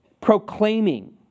proclaiming